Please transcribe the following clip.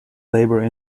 labor